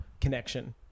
connection